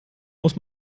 muss